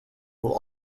will